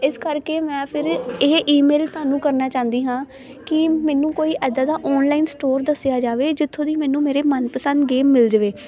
ਇਸ ਕਰਕੇ ਮੈਂ ਫਿਰ ਇਹ ਈਮੇਲ ਤੁਹਾਨੂੰ ਕਰਨਾ ਚਾਹੁੰਦੀ ਹਾਂ ਕਿ ਮੈਨੂੰ ਕੋਈ ਇੱਦਾਂ ਦਾ ਆਨਲਾਈਨ ਸਟੋਰ ਦੱਸਿਆ ਜਾਵੇ ਜਿੱਥੋਂ ਦੀ ਮੈਨੂੰ ਮੇਰੇ ਮਨ ਪਸੰਦ ਗਏ ਮਿਲ ਜਾਵੇ